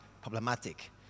problematic